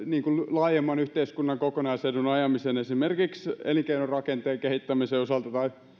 laajemman kokonaisedun ajamisen esimerkiksi elinkeinorakenteen kehittämisen osalta tai